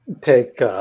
take